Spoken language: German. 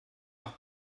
nach